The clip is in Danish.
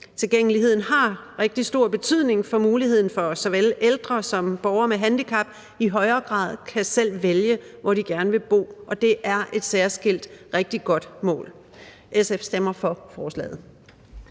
Tilgængeligheden har rigtig stor betydning for muligheden for, at såvel ældre som borgere med handicap i højere grad selv kan vælge, hvor de gerne vil bo, og det er et særskilt rigtig godt mål. SF stemmer for forslaget.